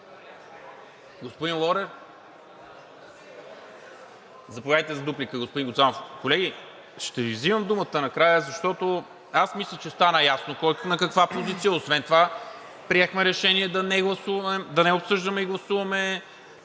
Господин Лорер? Заповядайте за дуплика, господин Гуцанов. Колеги, ще Ви взимам думата накрая, защото аз мисля, че стана ясно кой на каква позиция е. Освен това приехме решение да не обсъждаме и гласуваме